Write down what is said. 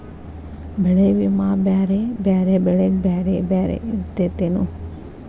ಬೆಳೆ ವಿಮಾ ಬ್ಯಾರೆ ಬ್ಯಾರೆ ಬೆಳೆಗೆ ಬ್ಯಾರೆ ಬ್ಯಾರೆ ಇರ್ತೇತೆನು?